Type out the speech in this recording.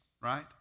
right